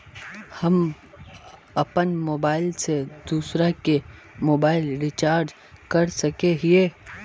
हम अपन मोबाईल से दूसरा के मोबाईल रिचार्ज कर सके हिये?